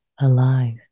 alive